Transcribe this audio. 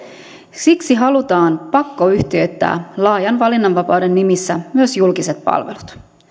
siksi halutaan pakkoyhtiöittää laajan valinnanvapauden nimissä myös julkiset palvelut